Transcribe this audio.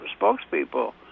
spokespeople